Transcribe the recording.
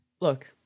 Look